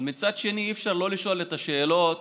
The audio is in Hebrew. אבל מצד שני אי-אפשר לא לשאול את השאלות